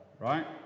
right